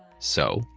so,